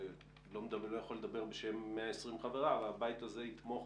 לא יכול לדבר בשם 120 חבריו הבית הזה יתמוך